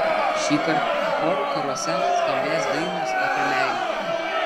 šįkart chorų karuose skambės dainos apie meilę